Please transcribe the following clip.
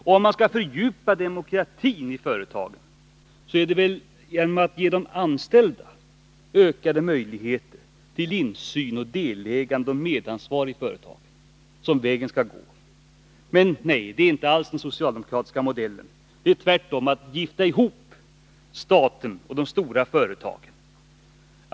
Om vi skall fördjupa demokratin i företagen, skall vi väl gå vägen att ge de anställda ökade möjligheter till insyn, delägande och medansvar i företagen? Men nej, det är inte alls den socialdemokratiska modellen. Det är tvärtom att gifta ihop staten med de stora företagen.